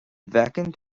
bhfeiceann